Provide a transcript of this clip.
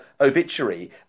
obituary